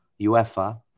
UEFA